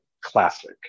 classic